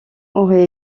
aurait